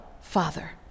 Father